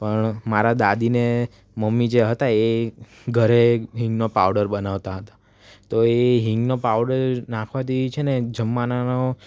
પણ મારા દાદીને મમ્મી જે હતાં એ ઘરે હિંગનો પાવડર બનાવતા હતાં તો એ હિંગનો પાવડર નાખવાથી છે ને જમાવનાનો